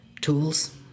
tools